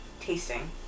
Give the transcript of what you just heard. tasting